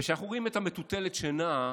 כשאנחנו רואים את המטוטלת שנעה,